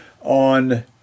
on